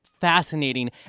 fascinating